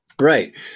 right